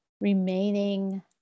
remaining